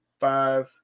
five